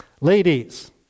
Ladies